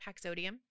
Paxodium